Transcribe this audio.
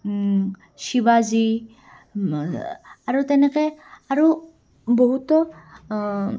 শিৱাজী আৰু তেনেকৈ আৰু বহুতো